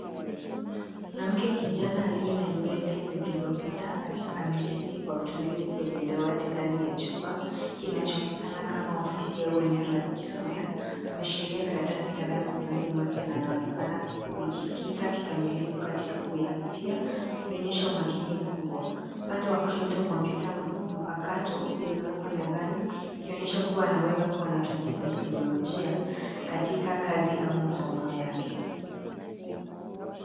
Mwanamke kijana aliye na nywele za zilizopinda akiwa ameketi kwa utulivu kwenye dawati ndani ya chumba kinachoonekana kama ofisi au eneo la kujisomea ameshikilia karatasi kadhaa mikononi mwake na anaonekana kujikita kikamilifu katika kuyapitia ikionyesha umakini mkubwa upande wa kushoto kuna komputa mpakato iliyowekwa mezani ikionyesha kuwa anaweza kuwa anatumia teknolojia katika kazi au masomo yake.